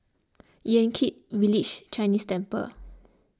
Yan Kit Village Chinese Temple